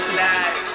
life